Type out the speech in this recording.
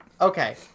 okay